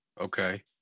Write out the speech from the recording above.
Okay